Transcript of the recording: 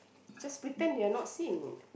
just pretend they are not seeing